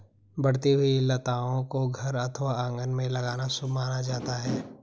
बढ़ती हुई लताओं को घर अथवा आंगन में लगाना शुभ माना जाता है